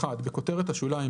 (1)בכותרת השוליים,